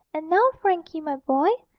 and now, frankie, my boy,